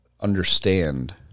understand